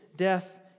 death